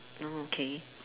no okay